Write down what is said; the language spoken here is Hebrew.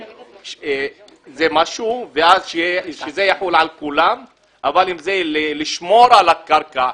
אז שזה יחול על כולם אבל אם זה לשמור על הקרקע,